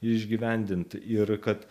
išgyvendinti ir kad